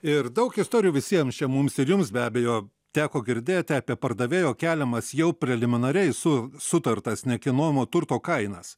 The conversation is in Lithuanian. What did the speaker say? ir daug istorijų visiems čia mums ir jums be abejo teko girdėt apie pardavėjo keliamas jau preliminariai su sutartas nekilnojamo turto kainas